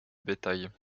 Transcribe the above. bétail